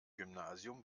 gymnasium